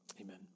amen